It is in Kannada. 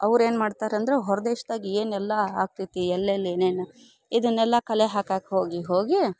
ಅವ್ರ ಏನ್ಮಾಡ್ತಾರೆ ಅಂದ್ರ ಹೊರ್ದೇಶ್ದಾಗ ಏನೆಲ್ಲ ಆಗ್ತೆತಿ ಎಲ್ಲೆಲ್ಲಿ ಏನೇನು ಇದನ್ನೆಲ್ಲ ಕಲೆ ಹಾಕಾಕೆ ಹೋಗಿ ಹೋಗಿ